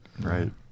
right